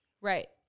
Right